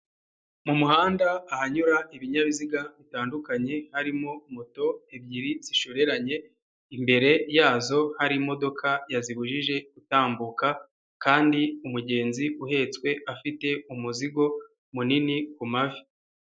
Mu muhanda ahanyura ibinyabiziga bitandukanye harimo moto ebyiri zishoreranye, imbere yazo hari imodoka yazibujije gutambuka, kandi umugenzi uhetswe afite umuzigo munini ku mavi.